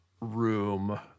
room